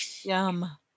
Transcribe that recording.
Yum